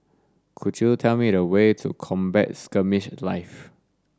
could you tell me the way to Combat Skirmish Live